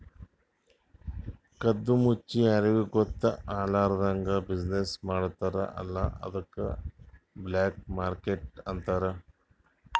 ಕದ್ದು ಮುಚ್ಚಿ ಯಾರಿಗೂ ಗೊತ್ತ ಆಗ್ಲಾರ್ದಂಗ್ ಬಿಸಿನ್ನೆಸ್ ಮಾಡ್ತಾರ ಅಲ್ಲ ಅದ್ದುಕ್ ಬ್ಲ್ಯಾಕ್ ಮಾರ್ಕೆಟ್ ಅಂತಾರ್